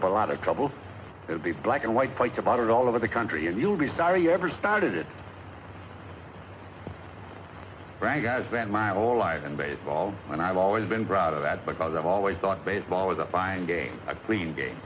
about a lot of trouble to be black and white quite about it all over the country and you'll be sorry you ever started it right guys than my whole life in baseball and i've always been proud of that because i've always thought baseball is a fine game a clean game